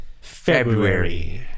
February